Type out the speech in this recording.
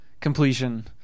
completion